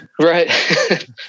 right